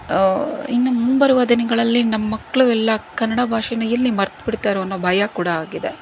ಇನ್ನು ಮುಂಬರುವ ದಿನಗಳಲ್ಲಿ ನಮ್ಮ ಮಕ್ಕಳು ಎಲ್ಲ ಕನ್ನಡ ಭಾಷೆನ ಎಲ್ಲಿ ಮರೆತ್ಬಿಡುತ್ತಾರೋ ಅನ್ನೋ ಭಯ ಕೂಡ ಆಗಿದೆ